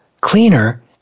cleaner